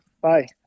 Bye